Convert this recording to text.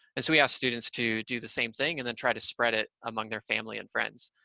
and so we ask students to do the same thing, and then try to spread it among their family and friends,